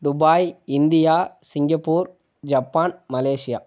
Dubai India Singapore Japan Malaysia